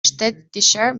städtischer